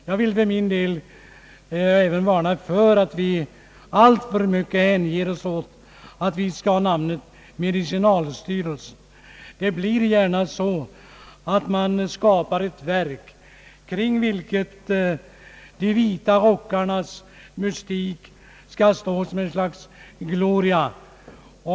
Jag vill för min del även varna mot namnet medicinalstyrelsen ur den synpunkten att det gärna skapar en »de vita rockarnas mystik», att vi får ett verk med sådan gloria.